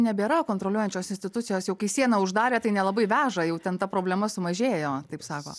nebėra kontroliuojančios institucijos jau kai sieną uždarė tai nelabai veža jau ten ta problema sumažėjo taip sako